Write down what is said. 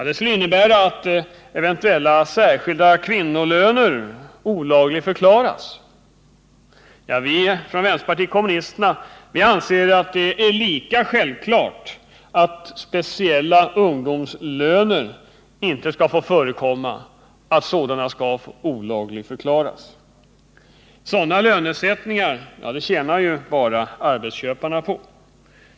Det innebär att särskilda kvinnolöner olagligförklaras. Vi i vänsterpartiet kommunisterna anser det var lika självklart att speciella ungdomslöner inte skall få förekomma utan att dessa bör olagligförklaras. Sådana lönesättningar tjänar endast arbetsköparna på.